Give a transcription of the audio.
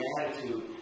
attitude